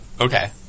Okay